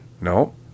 no